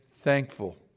thankful